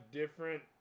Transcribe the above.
different